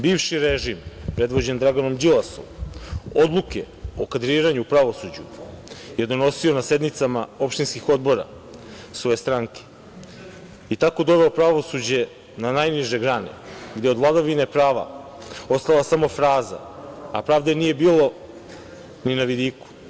Bivši režim, predvođen Draganom Đilasom, odluke o kadriranju u pravosuđu je donosio na sednicama opštinskih odbora svoje stranke i tako doveo pravosuđe na najniže grane, gde je od vladavine prava ostala samo fraza, a pravde nije bilo ni na vidiku.